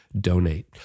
donate